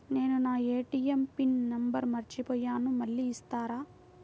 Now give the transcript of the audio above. నేను నా ATM pin number మర్చిపోయాను మళ్ళీ ఇస్తారా?